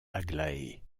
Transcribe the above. aglaé